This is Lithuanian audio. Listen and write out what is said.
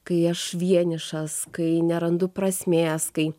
kai aš vienišas kai nerandu prasmės kai